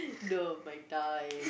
no my time